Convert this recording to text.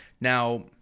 Now